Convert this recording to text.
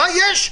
מה יש?